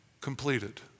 Completed